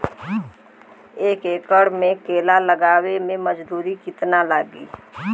एक एकड़ में केला लगावे में मजदूरी कितना लागी?